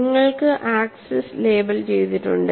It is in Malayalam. നിങ്ങൾക്ക് ആക്സിസ് ലേബൽ ചെയ്തിട്ടുണ്ട്